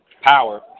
power